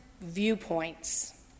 viewpoints